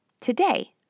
today